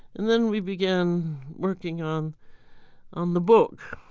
and then we began working on on the book,